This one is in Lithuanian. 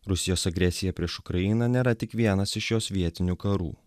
rusijos agresija prieš ukrainą nėra tik vienas iš jos vietinių karų